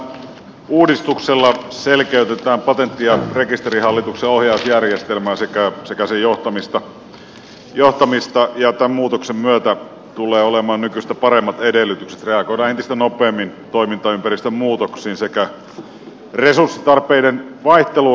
tällä uudistuksella selkeytetään patentti ja rekisterihallituksen ohjausjärjestelmää sekä sen johtamista ja tämän muutoksen myötä tulee olemaan nykyistä paremmat edellytykset reagoida entistä nopeammin toimintaympäristön muutoksiin sekä resurssitarpeiden vaihteluun